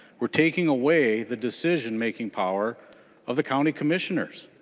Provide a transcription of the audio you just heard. we are taking away the decision-making power of the county commissioners.